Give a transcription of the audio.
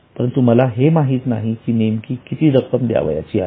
परंतु मला हे माहीत नाही की नेमकी किती रक्कम द्यावयाची आहे